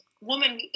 woman